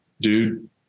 dude